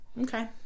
okay